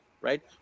right